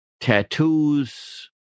tattoos